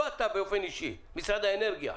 לא אתה באופן אישי אלא משרד האנרגיה.